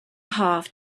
half